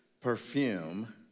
perfume